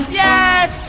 yes